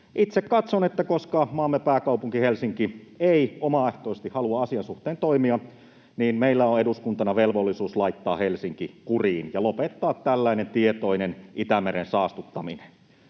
Itse katson, että koska maamme pääkaupunki Helsinki ei omaehtoisesti halua asian suhteen toimia, niin meillä on eduskuntana velvollisuus laittaa Helsinki kuriin ja lopettaa tällainen tietoinen Itämeren saastuttaminen.